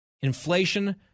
inflation